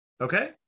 okay